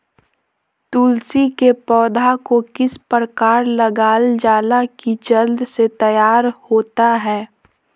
तुलसी के पौधा को किस प्रकार लगालजाला की जल्द से तैयार होता है?